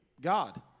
God